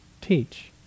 teach